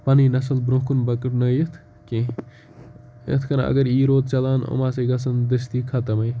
پَنٕنۍ نَسل برونٛہہ کُن پَکنٲیِتھ کینٛہہ یِتھ کنۍ اَگَر یی روٗد چَلان یِم ہَسا گَژھَن دٔستی خَتمے